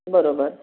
बरोबर